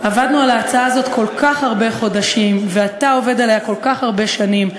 עבדנו על ההצעה הזאת כל כך הרבה חודשים ואתה עובד עליה כל כך הרבה שנים,